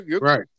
Right